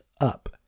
up